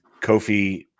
kofi